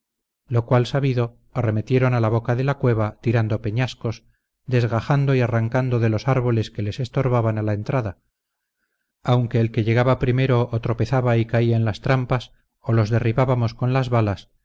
lo cual sabido arremetieron a la boca de la cueva tirando peñascos desgajando y arrancando de los árboles que les estorbaban a la entrada aunque el que llegaba primero o tropezaba y caía en las trampas o los derribábamos con las balas